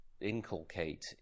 inculcate